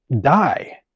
die